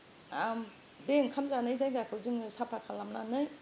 बे ओंखाम जानाय जायगाखौ जोङो साफा खालामनानै